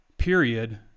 period